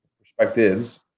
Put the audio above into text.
perspectives